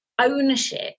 ownership